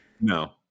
No